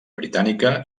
britànica